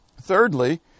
Thirdly